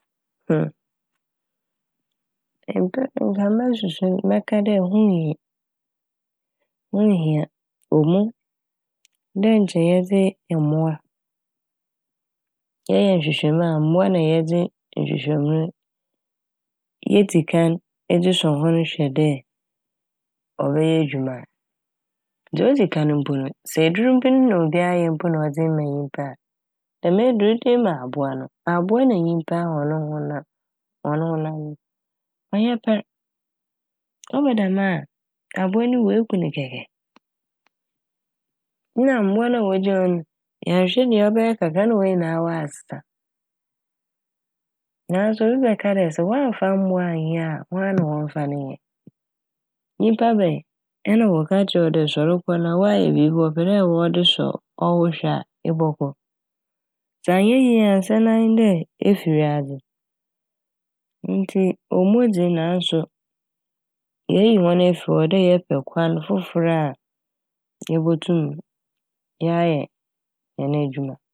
Mpɛn - nka mosusu mɛka dɛ ho nnhi- ho nnhia ɔmuo dɛ nkyɛ yɛdze mbowa yɛyɛ nhwehwɛmu a mbowa na yɛdze nhwehwɛmu no yedzi kan ɛdze sɔ hɔn hwɛ dɛ ɔbɛyɛ edwuma a. Dza odzi kan mpo no sɛ edur bi na obi ayɛ mpo na ɔdze ema nyimpa mpo a, dɛm edur no ede ema abowa no abowa na nyimpa hɔn ho no hɔn ho no ɔnnyɛ pɛr. Ɔba dɛm a abowa no wu a eku no kɛkɛ na mbowa wogyaa hɔn no yɛannhwɛ ne yie a ɔbɛyɛ kakra na hɔn nyinaa asa. Naaso obi bɛka dɛ sɛ wɔammfa mbowa annyɛ a woana na wɔmmfa ne nyɛ. Nyimpa bɛn nna wɔka kyerɛ wo dɛ soɛr kɔ na wɔayɛ biibi wɔpɛ dɛ wɔde sɔ ɔwo hwɛ a ebɔkɔ. Sɛ annyɛ yie a nsɛ na nye n' dɛ efi wiadze ntsi omuo dze naaso yeeyi hɔn efi hɔ a ɔwɔ dɛ yɛpɛ kwan fofor yebotum yɛayɛ hɛn edwuma a.